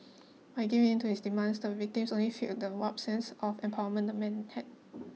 by giving in to his demands the victims only fuelled the warped sense of empowerment the man had